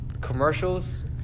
commercials